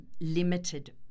limited